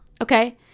okay